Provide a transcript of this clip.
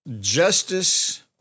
justice